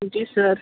जी sir